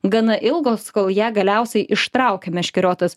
gana ilgos kol ją galiausiai ištraukia meškeriotas